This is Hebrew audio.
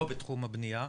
לא בתחום הבניה,